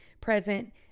present